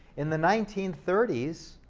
in the nineteen thirty s,